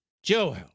Joel